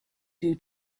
due